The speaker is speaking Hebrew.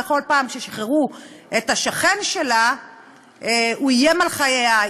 וכל פעם ששחררו את השכן שלה הוא איים על חייה,